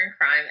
crime